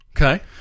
Okay